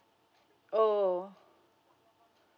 oh